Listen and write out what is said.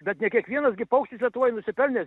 bet ne kiekvienas gi paukštis lietuvoj nusipelnęs